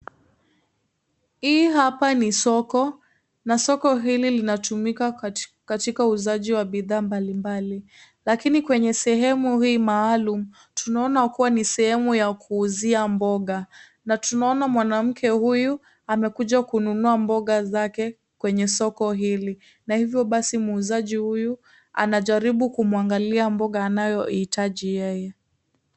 Ii hapa ni soko, na soko hili linatumika kati katika uuzaji wa bidhaa mbali mbali, lakini kwenye sehemu hii maalum, tunaona kuwa ni sehemu ya kuuzia mboga, na tunaona mwanamke huyu, amekuja kununua mboga zake kwenye soko hili, na hivyo basi muuzaji huyu, anajaribu kumwangalilia mboga anayo iitaji yeye.